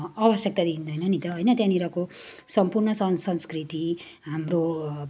आवश्यकता देखिँदैन नि त होइन त्यहाँनिरको सम्पूर्ण सन संस्कृति हाम्रो